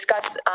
discuss